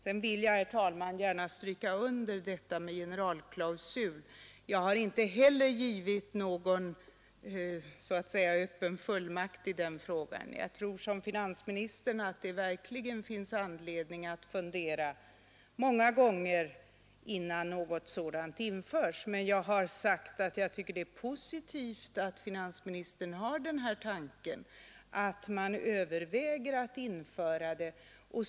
Sedan vill jag, herr talman, gärna stryka under detta med generalklausul. Jag har inte givit någon öppen fullmakt i den frågan — jag tror som finansministern att det verkligen finns anledning att fundera många gånger innan något sådant införs. Men jag har sagt att jag tycker det är positivt att finansministern har den tanken och att man överväger att införa den.